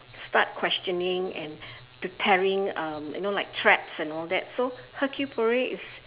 start questioning and preparing um you know like traps and all that so hercule-poirot is